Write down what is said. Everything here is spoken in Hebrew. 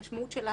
המשמעות שלה